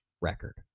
record